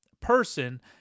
person